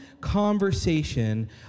conversation